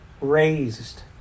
raised